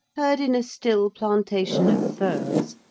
heard in a still plantation of firs,